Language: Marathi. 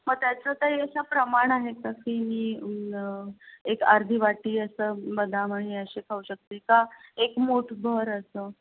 मग त्याचं काही असं प्रमाण आहे का की मी एक अर्धी वाटी असं बदाम आणि हे असे खाऊ शकते का एक मूठभर असं